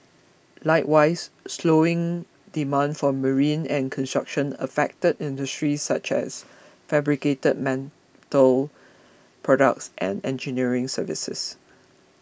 likewise slowing demand for marine and construction affected industries such as fabricated mental products and engineering services